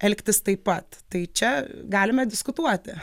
elgtis taip pat tai čia galime diskutuoti